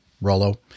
Rollo